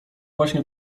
właśnie